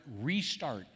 restart